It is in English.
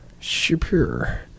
Super